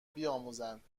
بیاموزند